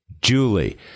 Julie